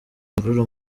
imvururu